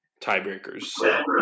Tiebreakers